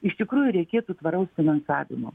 iš tikrųjų reikėtų tvaraus finansavimo